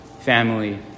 family